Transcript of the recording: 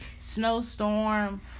Snowstorm